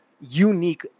Unique